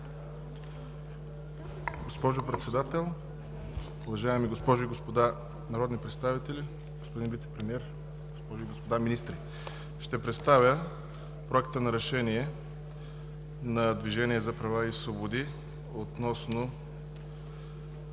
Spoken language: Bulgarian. Госпожо Председател, уважаеми госпожи и господа народни представители, господин Вицепремиер, госпожи и господа министри! Ще представя Проекта за решение на Движението за права и свободи относно